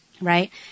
right